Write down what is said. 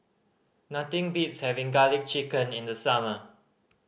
nothing beats having Garlic Chicken in the summer